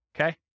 Okay